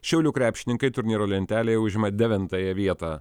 šiaulių krepšininkai turnyro lentelėje užima devintąją vietą